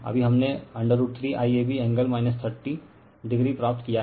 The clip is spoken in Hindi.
अभी हमने √3 IAB एंगल 30o प्राप्त किया है